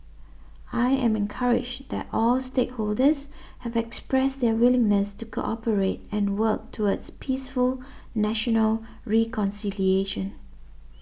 I am encouraged that all stakeholders have expressed their willingness to cooperate and work towards peaceful national reconciliation